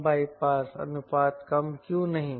कम bypass अनुपात कम क्यों नहीं